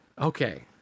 Okay